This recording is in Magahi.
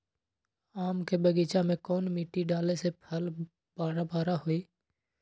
आम के बगीचा में कौन मिट्टी डाले से फल बारा बारा होई?